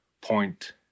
point